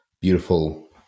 beautiful